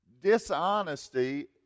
dishonesty